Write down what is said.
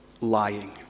lying